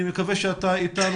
אני מקווה שאתה אתנו,